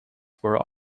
were